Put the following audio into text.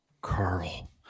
Carl